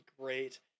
great